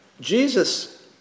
Jesus